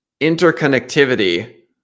interconnectivity